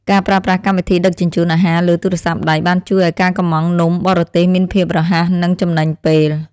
ការប្រើប្រាស់កម្មវិធីដឹកជញ្ជូនអាហារលើទូរស័ព្ទដៃបានជួយឱ្យការកម្ម៉ង់នំបរទេសមានភាពរហ័សនិងចំណេញពេល។